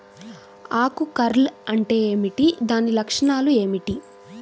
ఆకు కర్ల్ అంటే ఏమిటి? దాని లక్షణాలు ఏమిటి?